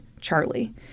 Charlie